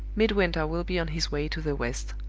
midwinter will be on his way to the west.